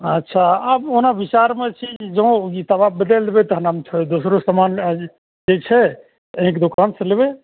अच्छा आब ओना विचारमे छी जँ ई तवा बदलबय तब हम फेर हम दोसरो सामान लअ ली ठीक छै अहीँके दोकानसँ लेबय